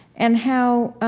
and how